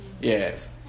Yes